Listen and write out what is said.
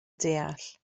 deall